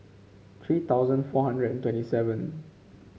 three thousand four hundred and twenty seven